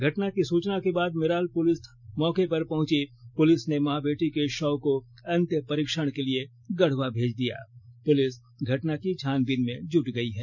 घटना की सुचना के बाद मेराल पुलिस मौके पर पहुंची पुलिस ने मां बेटी के शव को अंत्यपरीक्षण के लिए गढ़वा भेज दिया पुलिस घटना की छानबीन में जुट गई है